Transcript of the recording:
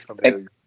familiar